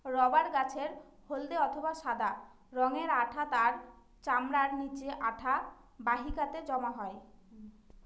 rubber গাছের হল্দে অথবা সাদা রঙের আঠা তার চামড়ার নিচে আঠা বাহিকাতে জমা হয়